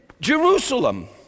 Jerusalem